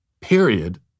Period